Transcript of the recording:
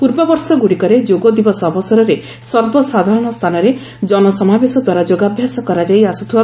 ପୂର୍ବ ବର୍ଷସବୁର ଯୋଗ ଦିବସ ଅବସରରେ ସର୍ବସାଧାରଣ ସ୍ଥାନରେ ଜନସମାବେଶଦ୍ୱାରା ଯୋଗାଭ୍ୟାସ କରାଯାଇ ଆସୁଛି